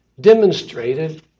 demonstrated